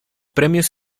premios